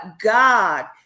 God